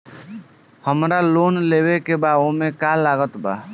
हमरा लोन लेवे के बा ओमे का का लागत बा?